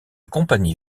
compagnie